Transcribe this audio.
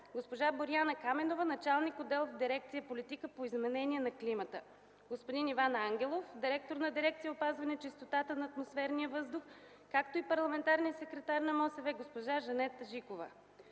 госпожа Боряна Каменова – началник отдел в дирекция „Политика по изменение на климата”, господин Иван Ангелов – директор на дирекция „Опазване чистотата на атмосферния въздух”, както и парламентарния секретар на МОСВ – госпожа Жанет Жикова.